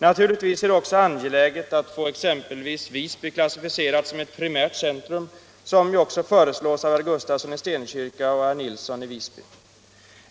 Naturligtvis är det också angeläget att få exempelvis Visby klassificerat som ett primärt centrum, som ju herr Gustafsson i Stenkyrka och herr Nilsson i Visby föreslagit.